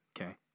Okay